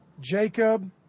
Jacob